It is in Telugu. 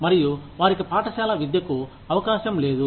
మరియు వారికి పాఠశాల విద్యకు అవకాశం లేదు